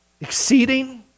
Exceeding